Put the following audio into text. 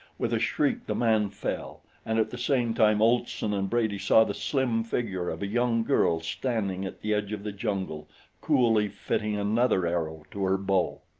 with a shriek the man fell, and at the same time olson and brady saw the slim figure of a young girl standing at the edge of the jungle coolly fitting another arrow to her bow.